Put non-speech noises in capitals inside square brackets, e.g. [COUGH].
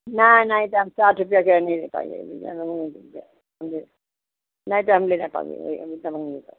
नाहीं नाहीं तो हम साठ रुपया के नहीं ले पाएँगे [UNINTELLIGIBLE] नहीं तो हम ले ना पावेंगे हम इतना महंग नहीं ले पावेंगे